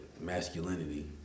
masculinity